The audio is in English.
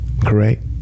correct